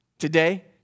today